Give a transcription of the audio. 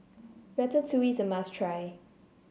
Ratatouille is a must try